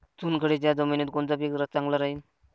चुनखडीच्या जमिनीत कोनचं पीक चांगलं राहीन?